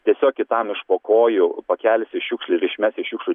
tiesiog kitam iš po kojų pakelsi šiukšlę ir išmesi į šiukšlių